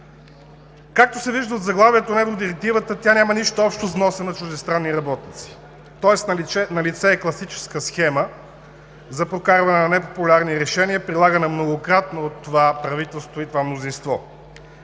Както се вижда от заглавието на Евродирективата, тя няма нищо общо с вноса на чуждестранни работници, тоест налице е класическа схема за прокарване на непопулярни решения, прилагана многократно от това правителство и това мнозинство.